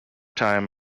time